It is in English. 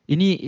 Ini